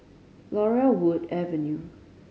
Laurel Wood Avenue